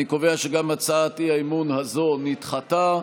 אני קובע שגם הצעת האי-אמון הזאת נדחתה,